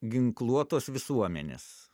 ginkluotos visuomenės